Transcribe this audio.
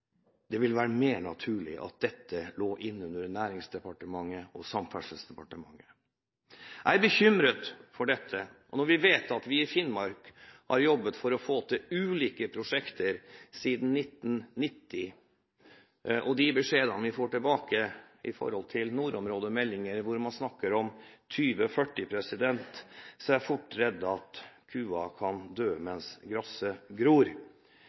vil det være mer naturlig at dette ligger under Næringsdepartementet og Samferdselsdepartementet. Jeg er bekymret for dette. Når vi vet at vi i Finnmark siden 1990 har jobbet for å få til ulike prosjekter, og når man snakker om 2040, som er de beskjedene vi får tilbake